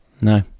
no